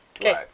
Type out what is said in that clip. Okay